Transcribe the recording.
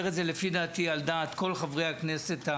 את זה לפי דעתי על דעת כל חברי הכנסת,